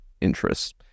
interests